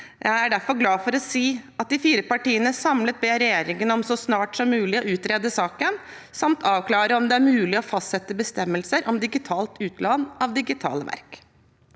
Jeg er derfor glad for å kunne si at de fire partiene samlet ber regjeringen om så snart som mulig å utrede saken samt avklare om det er mulig å fastsette bestemmelser om digitalt utlån av digitale verk.